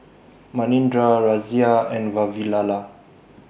Manindra Razia and Vavilala